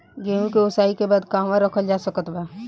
गेहूँ के ओसाई के बाद कहवा रखल जा सकत बा?